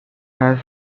has